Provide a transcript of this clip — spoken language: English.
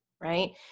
right